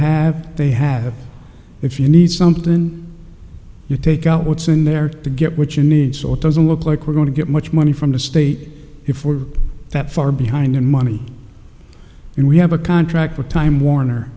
have they have if you need something you take out what's in there to get what you need so it doesn't look like we're going to get much money from the state if we're that far behind the money and we have a contract with time warner